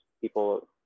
People